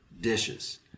dishes